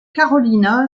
carolina